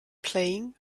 playing